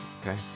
okay